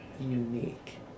unique